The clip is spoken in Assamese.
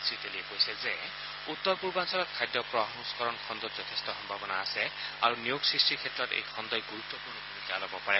শ্ৰীতেলীয়ে কৈছে যে উত্তৰ পূৰ্বাঞ্চলত খাদ্য প্ৰসংস্কৰণ খণ্ডত যথেষ্ট সম্ভাৱনা আছে আৰু নিয়োগ সৃষ্টিৰ ক্ষেত্ৰত এই খণ্ই গুৰুত্পূৰ্ণ ভূমিকা ল'ব পাৰে